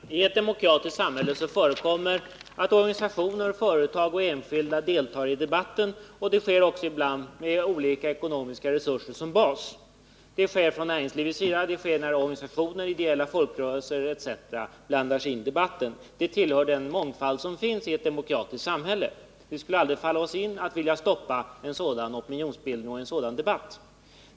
Herr talman! I ett demokratiskt samhälle förekommer det att företag, organisationer och enskilda deltar i debatten, och det sker också ibland med olika ekonomiska resurser som bas. Så kan vara fallet oavsett om det är näringslivet, organisationer, folkrörelser etc. som blandar sig i debatten. Det är ett uttryck för den mångfald som förekommer i ett demokratiskt samhälle. Det skulle aldrig falla oss in att vilja stoppa en sådan opinionsbildning och en sådan debatt.